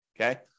okay